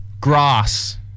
Grass